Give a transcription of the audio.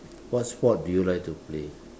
what sport do you like to play